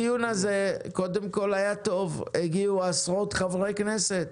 אני מסכם: הדיון היה טוב, הגיעו עשרות חברי כנסת,